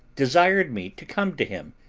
desired me to come to him,